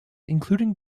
including